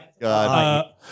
God